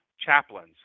chaplains